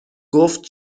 گفت